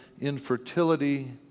infertility